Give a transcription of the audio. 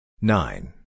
Nine